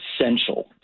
essential